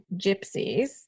gypsies